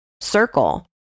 circle